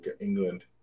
England